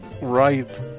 right